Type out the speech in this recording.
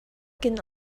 can